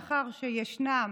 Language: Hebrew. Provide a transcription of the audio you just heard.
מאחר שישנם